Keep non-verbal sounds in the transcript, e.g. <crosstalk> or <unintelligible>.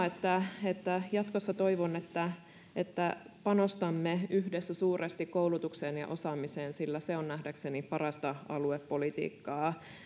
<unintelligible> että että jatkossa toivon että että panostamme yhdessä suuresti koulutukseen ja osaamiseen sillä se on nähdäkseni parasta aluepolitiikkaa